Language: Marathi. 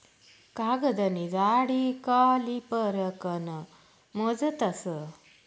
कागदनी जाडी कॉलिपर कन मोजतस